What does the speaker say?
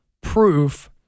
proof